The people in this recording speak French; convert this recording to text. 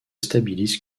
stabilise